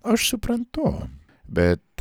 aš suprantu bet